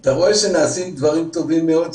אתה רואה שנעשים דברים טובים מאוד.